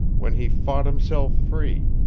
when he fought himself free.